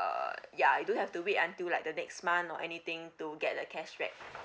uh ya you don't have to wait until like the next month or anything to get the cashback